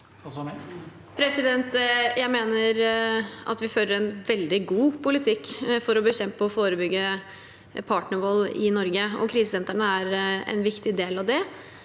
Jeg mener at vi fø- rer en veldig god politikk for å bekjempe og forebygge partnervold i Norge, og krisesentrene er en viktig del av det.